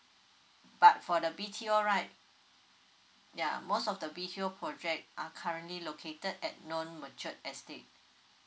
but for the BTO right ya most of the visual project are currently located at known matured estate